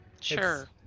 sure